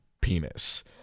penis